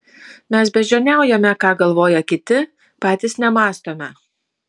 mes beždžioniaujame ką galvoja kiti patys nemąstome